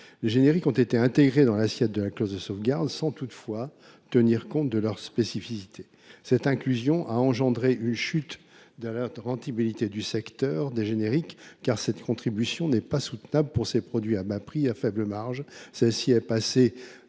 les génériques ont été intégrés dans l’assiette de la clause de sauvegarde, sans toutefois qu’il soit tenu compte de leur spécificité. Cette inclusion a engendré une chute de la rentabilité du secteur, car cette contribution n’est pas soutenable s’agissant de produits à bas prix et à faible marge.